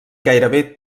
gairebé